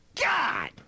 God